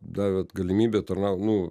davė galimybę tarnaut nu